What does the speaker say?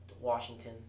Washington